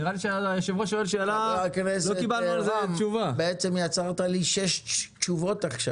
יצרת לי שש תשובות.